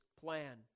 plan